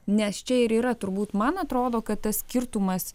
nes čia ir yra turbūt man atrodo kad tas skirtumas